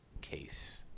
case